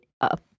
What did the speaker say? up